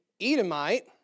Edomite